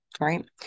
right